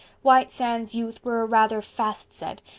white sands youth were a rather fast set,